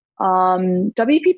WPP